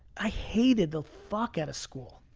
i hated the fuck out of school.